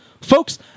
Folks